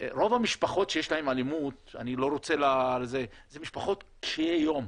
רוב המשפחות שיש להן אלימות, אלה משפחות קשיי יום,